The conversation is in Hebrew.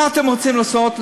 מה אתם רוצים לעשות,